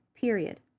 period